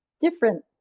different